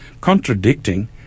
contradicting